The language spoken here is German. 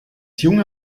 junge